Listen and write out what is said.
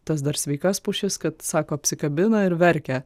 tas dar sveikas pušis kad sako apsikabina ir verkia